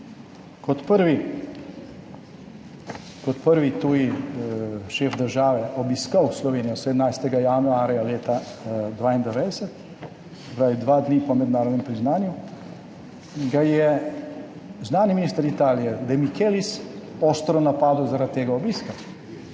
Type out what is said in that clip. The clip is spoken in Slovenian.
kot prvi tuji šef države obiskal Slovenijo 17. januarja leta 1992, se pravi dva dni po mednarodnem priznanju, ga je zunanji minister Italije, De Michelis, ostro napadel zaradi tega obiska.